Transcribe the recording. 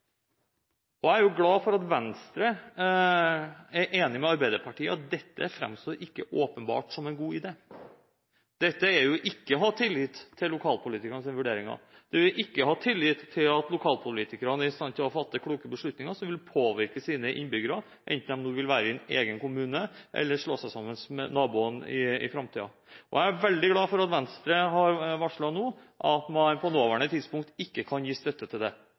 Jeg er glad for at Venstre er enig med Arbeiderpartiet i at dette ikke åpenbart framstår som en god idé. Dette er ikke å ha tillit til lokalpolitikernes vurderinger, det er ikke å ha tillit til at lokalpolitikerne er i stand til å fatte kloke beslutninger som vil påvirke sine innbyggere, enten de vil være i en egen kommune eller slå seg sammen med naboene i framtiden. Jeg er veldig glad for at Venstre nå har varslet at man på det nåværende tidspunkt ikke kan gi støtte til det.